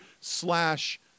slash